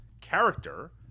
character